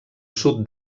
sud